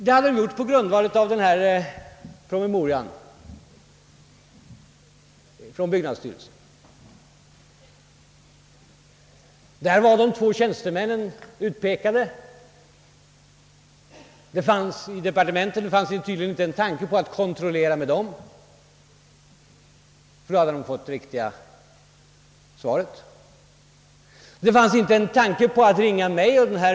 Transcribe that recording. Allt detta gjordes på grundval av promemorian från byggnadsstyrelsen. De två tjänstemännen i departementen utpekades, men det fanns tydligen inte en tanke på att kontrollera med dem. Om så skett, hade man fått riktiga uppgifter. Det fanns heller inte en tanke på att ringa mig.